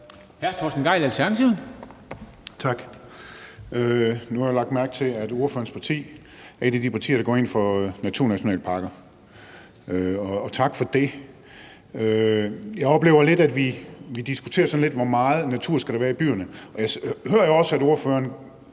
14:02 Torsten Gejl (ALT): Tak. Nu har jeg lagt mærke til, at ordførerens parti er et af de partier, der går ind for naturnationalparker, og tak for det. Jeg oplever lidt, at vi sådan diskuterer, hvor meget natur der skal være i byerne, og jeg hører jo også, at ordføreren